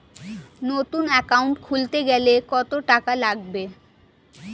নতুন একাউন্ট খুলতে গেলে কত টাকা লাগবে?